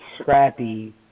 scrappy